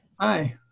Hi